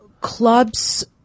clubs –